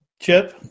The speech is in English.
Chip